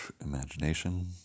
imagination